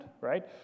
right